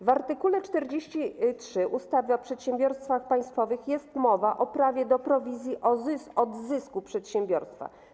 W art. 43 ustawy o przedsiębiorstwach państwowych jest mowa o prawie do prowizji od zysku przedsiębiorstwa.